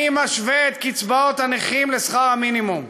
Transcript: אני משווה את קצבאות הנכים לשכר המינימום.